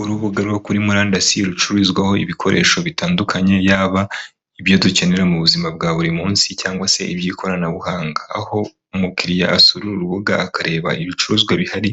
Urubuga rwo kuri murandasi rucurucurizwaho ibikoresho bitandukanye yaba ibyo dukenera mu buzima bwa buri munsi cyangwa se iby'ikoranabuhanga. Aho umukiriya asura urubuga akareba ibicuruzwa bihari